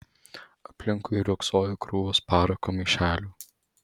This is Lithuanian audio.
aplinkui riogsojo krūvos parako maišelių